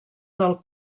del